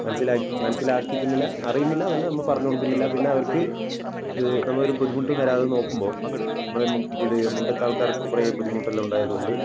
മനസ്സില മനസ്സിലാക്കിയിരുന്നില്ല അറിയുന്നില്ല എന്നല്ല നമ്മൾ പറഞ്ഞ് കൊടുക്കുന്നില്ല പിന്ന അവർക്ക് നമ്മള് ഒരു ബുദ്ധിമുട്ടും വരാതെ നോക്കുമ്പോള് നമ്മളുടെ ഇത് മുമ്പത്തെ ആൾക്കാർക്ക് കുറേ ബുദ്ധിമുട്ടെല്ലാം ഉണ്ടായതുകൊണ്ട്